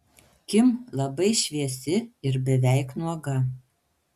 kim labai šviesi ir beveik nuoga